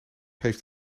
heeft